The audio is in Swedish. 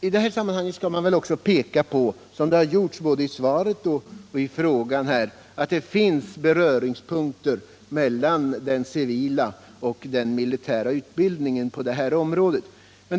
I detta sammanhang skall man väl också peka på — vilket gjorts både i frågan och i svaret — att det finns beröringspunkter mellan den civila och den militära utbildningen på detta område.